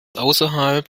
außerhalb